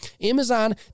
Amazon